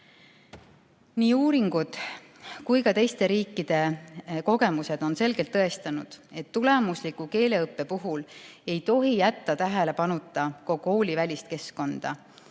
Nii uuringud kui ka teiste riikide kogemused on selgelt tõestanud, et tulemusliku keeleõppe puhul ei tohi jätta tähelepanuta ka koolivälist keskkonda.